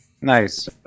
Nice